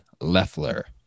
Leffler